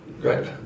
great